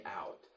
out